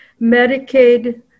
Medicaid